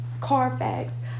carfax